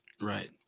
Right